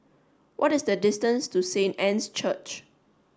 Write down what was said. what is the distance to Saint Anne's Church